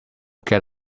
get